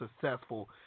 successful